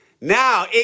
Now